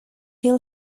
hill